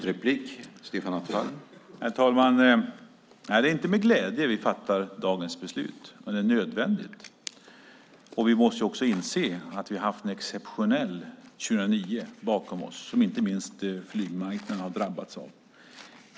Herr talman! Det är inte med glädje vi fattar dagens beslut, men det är nödvändigt. Vi måste inse att vi har ett exceptionellt år 2009 bakom oss, som inte minst flygmarknaden har drabbats av.